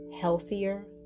healthier